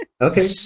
Okay